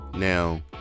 Now